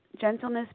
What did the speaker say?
gentleness